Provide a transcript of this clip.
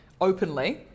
openly